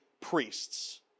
priests